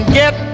get